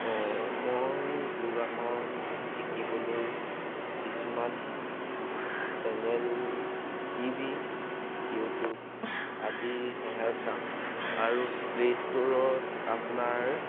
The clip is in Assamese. মই যোগাসন শিকিবলৈ কিছুমান চেনেল টি ভি ইউটিউব আদি সহায়ত চাওঁ আৰু প্লে' ষ্ট'ৰত আপোনাৰ